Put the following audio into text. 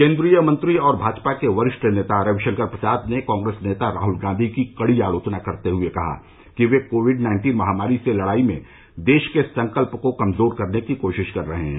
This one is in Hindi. केंद्रीय मंत्री और भाजपा के वरिष्ठ नेता रविशंकर प्रसाद ने कांग्रेस नेता राहुल गांधी की कड़ी आलोचना करते हुए कहा कि वे कोविड नाइन्टीन महामारी से लड़ाई में देश के संकल्प को कमजोर करने की कोशिश कर रहे हैं